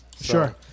Sure